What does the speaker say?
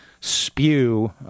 spew